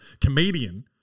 comedian